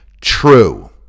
true